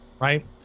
Right